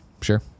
Sure